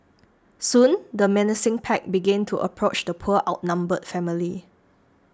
soon the menacing pack began to approach the poor outnumbered family